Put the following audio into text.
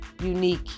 unique